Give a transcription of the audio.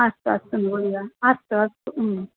अस्तु अस्तु महोदय अस्तु अस्तु